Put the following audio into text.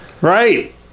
Right